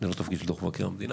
זה לא תפקיד של דוח מבקר המדינה,